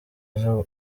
uza